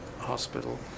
hospital